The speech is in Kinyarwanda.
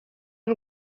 y’u